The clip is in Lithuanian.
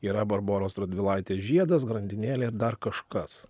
yra barboros radvilaitės žiedas grandinėlė ir dar kažkas